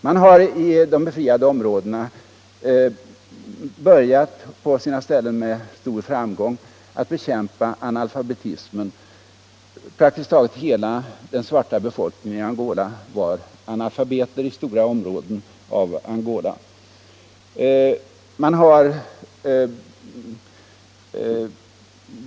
Man har i de befriade områdena börjat, på sina ställen med stor framgång, att bekämpa analfabetismen. Praktiskt taget hela den svarta befolkningen i stora områden av Angola var analfabeter.